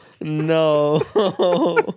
No